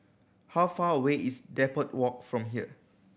how far away is Depot Walk from here